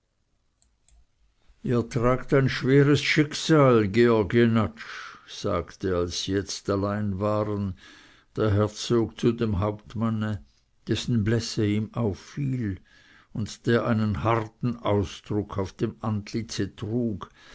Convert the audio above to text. ihr tragt ein schweres schicksal georg jenatsch sagte als sie jetzt allein waren der herzog zu dem hauptmanne dessen blässe ihm auffiel und der einen harten ausdruck auf dem